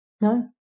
No